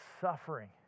suffering